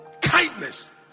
Kindness